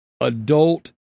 adult